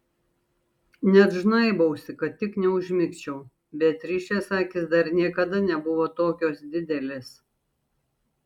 net žnaibausi kad tik neužmigčiau beatričės akys dar niekada nebuvo tokios didelės